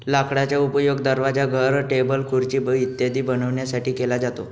लाकडाचा उपयोग दरवाजा, घर, टेबल, खुर्ची इत्यादी बनवण्यासाठी केला जातो